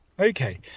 Okay